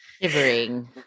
Shivering